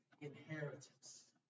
inheritance